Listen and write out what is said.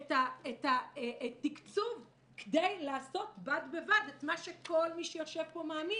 את התקצוב כדי לעשות בד בבד את מה שכל מי שיושב פה מאמין,